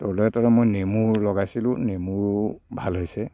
তলে তলে মই নেমু লগাইছিলো নেমুৰো ভাল হৈছে